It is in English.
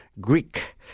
Greek